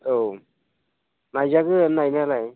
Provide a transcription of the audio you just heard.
औ नायजागोन नायनायालाय